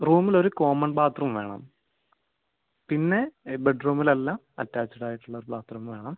റൂമിലൊരു common bathroom വേണം പിന്നെ ബെഡ്റൂമിലെല്ലാം അറ്റാച്ച്ഡ് ആയിട്ടുള്ളൊരു ബാത്ത്റൂമ് വേണം